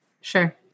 Sure